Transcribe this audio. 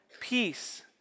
peace